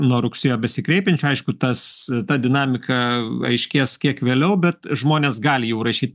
nuo rugsėjo besikreipiančių aišku tas ta dinamika aiškės kiek vėliau bet žmonės gali jau rašy